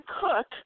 cook